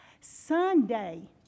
Sunday